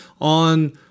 on